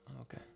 Okay